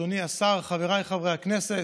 אדוני השר, חבריי חברי הכנסת,